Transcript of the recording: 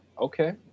okay